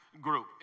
group